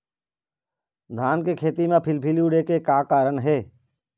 धान के खेती म फिलफिली उड़े के का कारण हे?